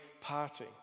party